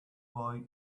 boy